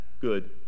good